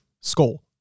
skull